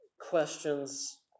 questions